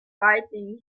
fighting